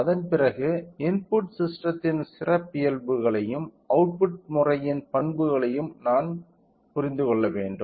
அதன் பிறகு இன்புட் ஸிஸ்டெத்தின் சிறப்பியல்புகளையும் அவுட்புட் முறையின் பண்புகளையும் நாம் புரிந்து கொள்ள வேண்டும்